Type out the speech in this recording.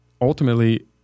ultimately